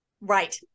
Right